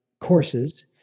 courses